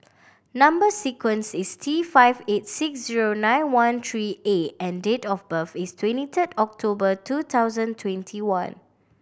number sequence is T five eight six zero nine one three A and date of birth is twenty third October two thousand twenty one